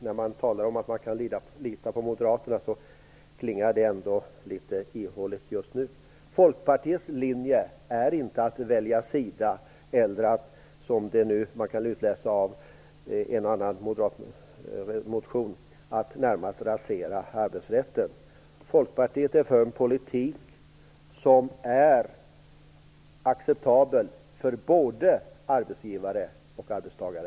När det talas om att man kan lita på moderaterna så klingar det ändå litet ihåligt just nu. Folkpartiets linje är inte att välja sida eller, såsom man nu kan utläsa av en och annan moderat motion, att närmast rasera arbetsrätten. Folkpartiet är för en politik som är acceptabel för både arbetsgivare och arbetstagare.